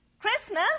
Christmas